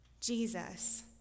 Jesus